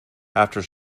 after